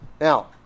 Now